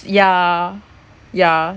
ya ya